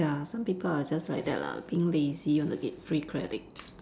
ya some people are just like that lah being lazy want to get free credit